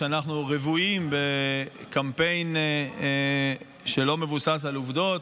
כשאנחנו רוויים בקמפיין שלא מבוסס על עובדות,